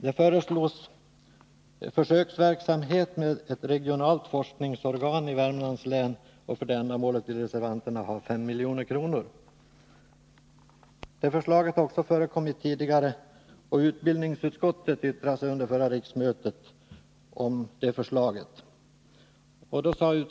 Där föreslås försöksverksamhet med ett regionalt forskningsorgan i Värmlands län, och för det ändamålet vill reservanterna ha 5 milj.kr. Det förslaget har också förekommit tidigare, och utbildningsutskottet yttrade sig under förra riksmötet om det förslaget.